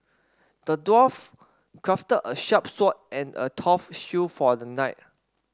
the dwarf crafted a sharp sword and a tough shield for the knight